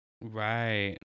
Right